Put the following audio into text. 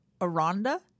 Aranda